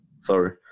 Sorry